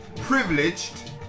Privileged